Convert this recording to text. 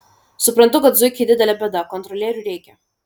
suprantu kad zuikiai didelė bėda kontrolierių reikia